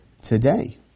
today